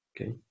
Okay